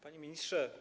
Panie Ministrze!